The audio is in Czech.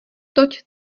toť